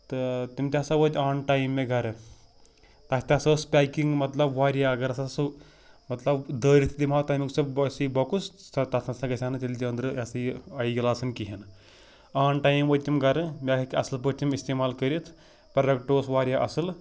تہٕ تِم تہِ ہَسا وٲتۍ آن ٹایم مےٚ گَرٕ تَتھ تہِ ہَسا ٲس پٮ۪کِنٛگ مطلب وارِیاہ اگر ہَسا سُہ مطلب دٲرِتھ تہِ دِمہو تَمیُک سُہ بہ سُے بۄکُس سر تَتھ نَسا گژھِ ہا نہٕ تیٚلہِ تہِ ٲنٛدرٕ یہِ سَہ یہِ آی گِلاسَن کِہیٖنۍ نہٕ آن ٹایم وٲتۍ تِم گَرٕ مےٚ ہیٚکۍ اَصٕل پٲٹھۍ تِم اِستعمال کٔرِتھ پرٛۄڈَکٹ اوس وارِیاہ اَصٕل